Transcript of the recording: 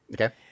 Okay